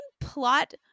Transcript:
plot